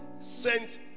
sent